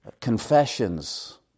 Confessions